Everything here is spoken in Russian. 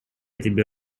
тебе